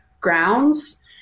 grounds